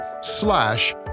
slash